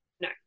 No